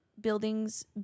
buildings